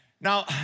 Now